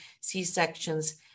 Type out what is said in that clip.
C-sections